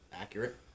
accurate